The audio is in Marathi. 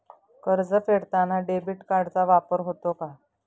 कर्ज फेडताना डेबिट कार्डचा वापर होतो का?